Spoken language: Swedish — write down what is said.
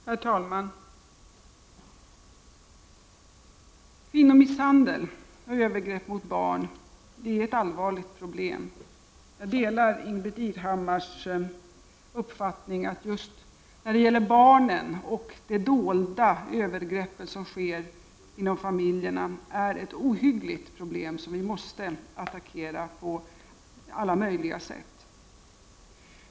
Herr talman! Kvinnomisshandel och övergrepp mot barn är ett allvarligt problem. Jag delar Ingbritt Irhammars uppfattning att de dolda övergreppen mot barn som sker inom familjerna är ett ohyggligt problem, som vi måste attackera på alla möjliga sätt.